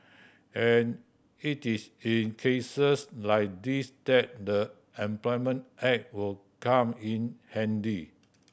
and it is in cases like these that the Employment Act will come in handy